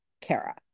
kara